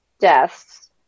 deaths